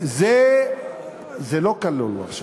זה לא כלול עכשיו.